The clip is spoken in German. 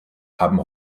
haben